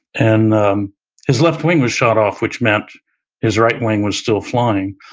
and um his left wing was shot off which meant his right wing was still flying,